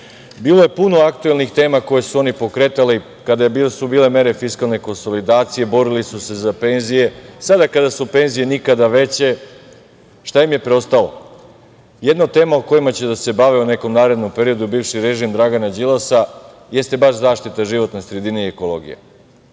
je puno aktuelnih tema koje su oni pokretali. Kada su bile mere fiskalne konsolidacije, borili su se za penzije. Sada kada su penzije nikada veće, šta im je preostalo? Jedina tema o kojima će da se bave u nekom narednom periodu, bivši režim Dragana Đilasa, jeste baš zaštita životne sredine i ekologije.